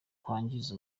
twangiza